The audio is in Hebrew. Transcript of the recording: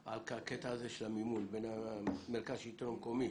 הקטע הזה של המימון, בין מרכז השלטון המקומי